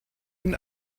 ihn